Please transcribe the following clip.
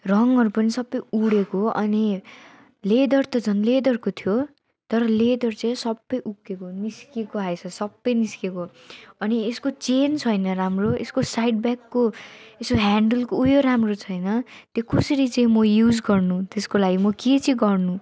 रङहरू पनि सबै उडेको अनि लेदर त झन् लेदरको थियो तर लेदर चाहिँ सबै उक्किएको निस्किएको आएछ सबै निस्किएको अनि यसको चेन छैन हाम्रो यसको साइड ब्यागको यसको हेन्डलको उयो राम्रो छैन त्यो कसरी चाहिँ म युज गर्नु त्यसको लागि म के चाहिँ गर्नु